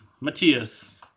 Matthias